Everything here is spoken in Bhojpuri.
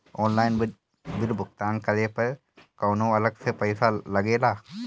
ऑनलाइन बिल भुगतान करे पर कौनो अलग से पईसा लगेला?